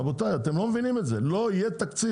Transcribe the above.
רבותיי, אתם לא מבינים את זה, לא יהיה תקציב.